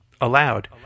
allowed